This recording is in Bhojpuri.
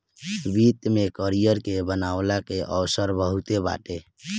वित्त में करियर के बनवला के अवसर बहुते बाटे